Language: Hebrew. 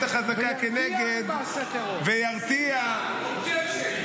החזקה כנגד וירתיע --- Objection.